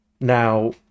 now